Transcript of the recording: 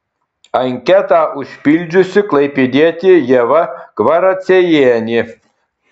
anketą užpildžiusi klaipėdietė ieva kvaraciejienė